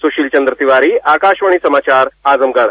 सुशील चंद्र तिवारी आकाशवाणी समाचार आजमगढ